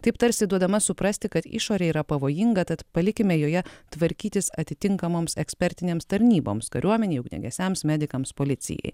taip tarsi duodama suprasti kad išorė yra pavojinga tad palikime joje tvarkytis atitinkamoms ekspertinėms tarnyboms kariuomenei ugniagesiams medikams policijai